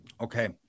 okay